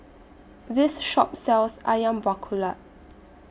This Shop sells Ayam Buah Keluak